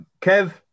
Kev